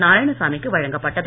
நாராயணசாமிக்கு வழங்கப்பட்டது